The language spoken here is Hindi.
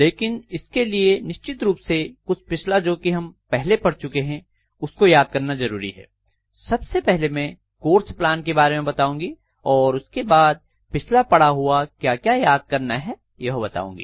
लेकिन इसके लिए निश्चित रूप से कुछ पिछला जो कि हम पहले पढ़ चुके हैं उसको याद करना जरूरी है सबसे पहले में कोर्स प्लान के बारे में बताऊंगी और उसके बाद पिछला पढ़ा हुआ क्या क्या याद करना है यह बताऊंगी